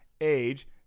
age